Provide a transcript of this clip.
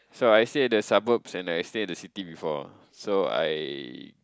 so I stay at the suburbs and I stay in the city before so I